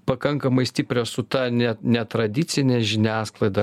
pakankamai stiprią su ta ne netradicine žiniasklaida